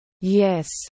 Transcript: Yes